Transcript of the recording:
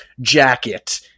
jacket